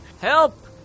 Help